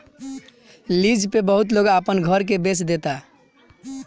lease पे बहुत लोग अपना घर के बेच देता